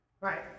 Right